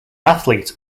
athlete